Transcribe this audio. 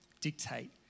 dictate